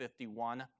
51